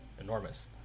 enormous